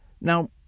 Now